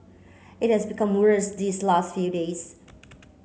it has become worse these last few days